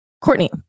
Courtney